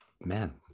Man